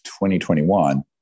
2021